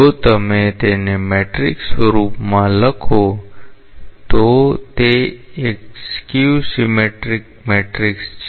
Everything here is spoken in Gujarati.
જો તમે તેને મેટ્રિક્સ સ્વરૂપમાં લખો તો તે એક સ્કીવ સિમેટ્રિક મેટ્રિક્સ છે